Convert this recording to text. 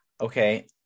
Okay